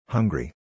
Hungry